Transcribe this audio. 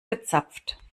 gezapft